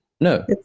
No